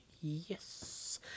Yes